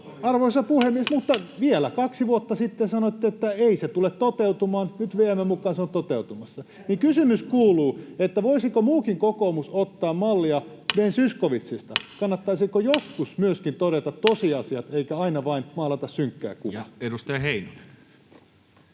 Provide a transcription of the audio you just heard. välihuuto] — Mutta vielä kaksi vuotta sitten sanoitte, että ei se tule toteutumaan, ja nyt VM:n mukaan se on toteutumassa. — Kysymys kuuluu, voisiko muukin kokoomus ottaa mallia Ben Zyskowiczista. Kannattaisiko joskus myöskin todeta tosiasiat eikä aina vain maalata synkkää kuvaa? Ja edustaja Heinonen.